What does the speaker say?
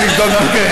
תן לי לבדוק בתקנון.